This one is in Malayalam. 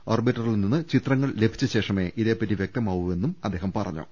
ഓർബി റ്ററിൽ നിന്ന് ചിത്രങ്ങൾ ലഭിച്ചശേഷമേ ഇതേപ്പറ്റി വൃക്തമാവൂയെന്ന് അദ്ദേഹം അറിയിച്ചു